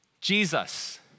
Jesus